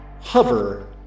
hover